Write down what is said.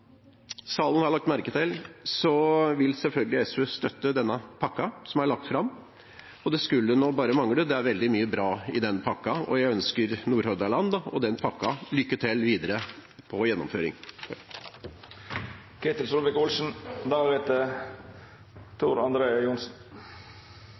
salen har lagt merke til, vil SV selvfølgelig støtte den pakken som er lagt fram. Det skulle bare mangle – det er veldig mye bra i den pakken. Jeg ønsker Nordhordland lykke til videre